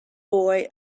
boy